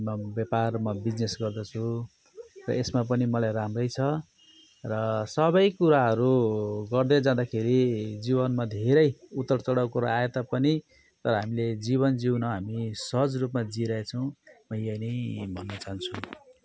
म व्यापार म बिज्नेस गर्दछु र यसमा पनि मलाई राम्रै छ र सबै कुराहरू गर्दै जाँदाखेरि जीवनमा धेरै उतारचढाउ कुरो आए तापनि तर हामीले जीवन जिउन हामी सहज रूपमा जिइ रहेछौँ म यही नै भन्न चाहन्छु